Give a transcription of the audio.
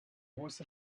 horse